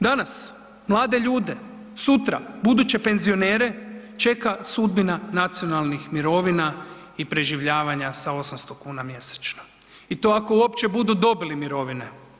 Danas mlade ljude, sutra buduće penzionere čeka sudbina nacionalnih mirovina i preživljavanja sa 800,00 kn mjesečno i to ako uopće budu dobili mirovine.